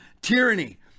tyranny